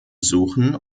suchen